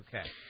Okay